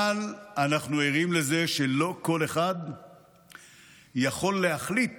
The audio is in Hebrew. אבל אנחנו ערים לזה שלא כל אחד יכול להחליט